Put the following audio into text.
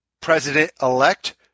President-elect